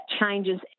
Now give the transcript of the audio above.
changes